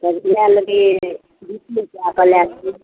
लए लेबै बीचमे जाके लए लेबै